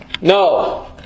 No